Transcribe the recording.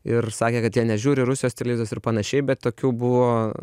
ir sakė kad jie nežiūri rusijos televizijos ir panašiai bet tokių buvo